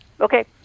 Okay